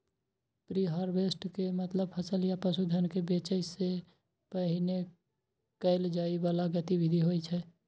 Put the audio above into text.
preharvest के मतलब फसल या पशुधन कें बेचै सं पहिने कैल जाइ बला गतिविधि होइ छै